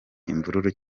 imvururu